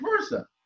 versa